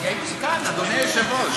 אני הייתי כאן, אדוני היושב-ראש.